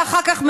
ואחר כך,